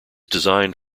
designed